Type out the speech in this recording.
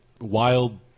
wild